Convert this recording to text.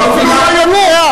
היא לא מבינה.